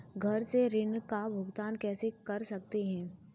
घर से ऋण का भुगतान कैसे कर सकते हैं?